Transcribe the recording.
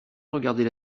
regarder